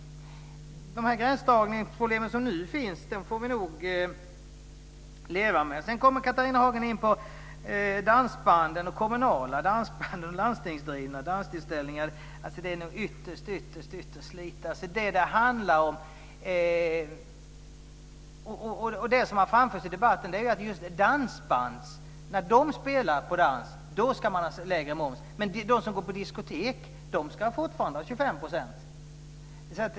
De gränsdragningsproblem som nu finns får vi nog leva med. Sedan kommer Catharina Hagen in på dansbanden och kommunala och landstingsdrivna danstillställningar. Det handlar om ytterst få. Det som har framförts i debatten är att det är just när dansband spelar på dans som det skulle vara lägre moms, men de som går på diskotek ska fortfarande ha 25 %.